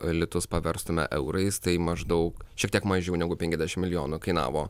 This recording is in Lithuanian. litus paverstume eurais tai maždaug šiek tiek mažiau negu penkiasdešim milijonų kainavo